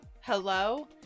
hello